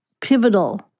pivotal